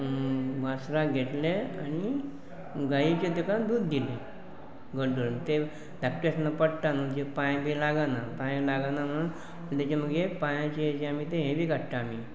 म्हसराक घेतलें आनी गायेचें तेका दूद दिलें घट धरून ते धाकटे आसतना पडटा न्हू ते पांय बी लागना पांय लागना म्हणोन तेजे मगेर पांयाचें हेजें आमी तें हें बी काडटा आमी